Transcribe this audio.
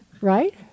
Right